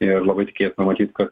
ir labai tikėtina matyt kad